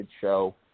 show